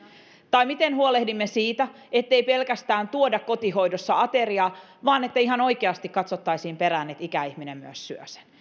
tai miten huolehdimme siitä ettei kotihoidossa pelkästään tuoda ateriaa vaan että ihan oikeasti katsottaisiin perään että ikäihminen myös syö sen